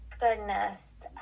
goodness